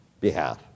behalf